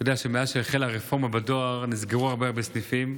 אתה יודע שמאז שהחלה הרפורמה בדואר נסגרו הרבה הרבה סניפים,